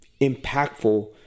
impactful